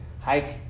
hike